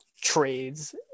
trades